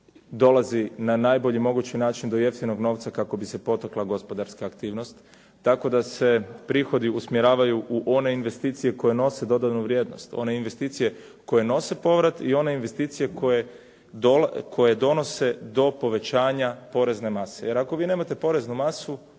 dolazi na najbolji mogući način do jeftinog novca kako bi se potakla gospodarska aktivnost, tako da se prihodi usmjeravaju u one investicije koje nose dodanu vrijednost, one investicije koje nose povrat i one investicije koje donose do povećanja porezne mase, jer ako vi nemate poreznu masu